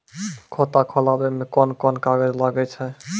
खाता खोलावै मे कोन कोन कागज लागै छै?